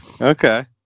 Okay